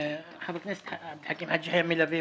חבר הכנסת עבד אל חכים חאג' יחיא מלווה